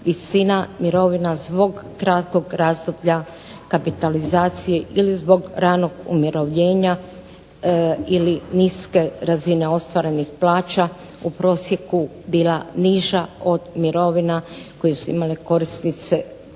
visina mirovina zbog kratkog razdoblja kapitalizacije ili zbog ranog umirovljenja ili niske razine ostvarenih plaća u prosjeku bila niža od mirovina koje su imale korisnice